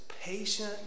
patient